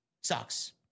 Sucks